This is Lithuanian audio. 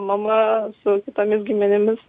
mama su kitomis giminėmis